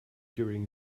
during